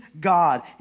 God